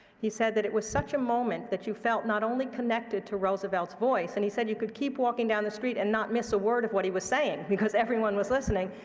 he said that it was such a moment that you felt not only connected to roosevelt's voice, and he said you could keep walking down the street and not miss a word of what he was saying because everyone was listening,